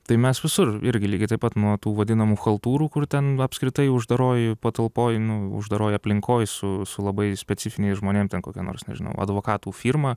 tai mes visur irgi lygiai taip pat nuo tų vadinamų chaltūrų kur ten apskritai uždaroj patalpoj nu uždaroj aplinkoj su su labai specifiniais žmonėm ten kokia nors nežinau advokatų firma